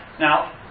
now